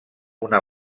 una